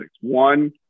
one